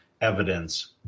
Evidence